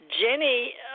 Jenny